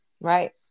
Right